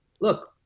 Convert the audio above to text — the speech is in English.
Look